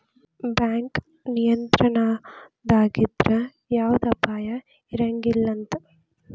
bank ನಿಯಂತ್ರಣದಾಗಿದ್ರ ಯವ್ದ ಅಪಾಯಾ ಇರಂಗಿಲಂತ್